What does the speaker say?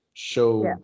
Show